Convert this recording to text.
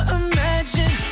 imagine